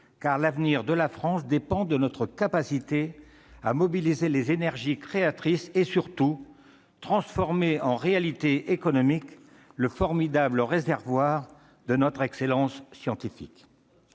L'avenir de la France dépend, en effet, de notre capacité à mobiliser les énergies créatrices et, surtout, transformer en réalité économique le formidable réservoir de notre excellence scientifique.